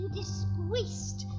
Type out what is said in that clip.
disgraced